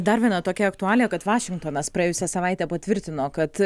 dar viena tokia aktualija kad vašingtonas praėjusią savaitę patvirtino kad